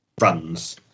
runs